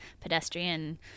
pedestrian